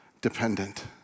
dependent